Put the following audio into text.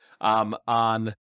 on